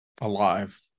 alive